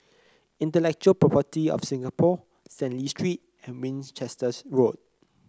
Intellectual Property Office of Singapore Stanley Street and Winchester Road